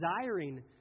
desiring